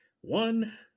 One